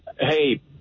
Hey